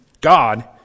God